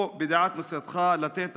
או בדעת משרדך לתת,